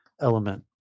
element